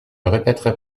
répéterai